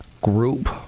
group